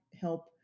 help